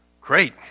Great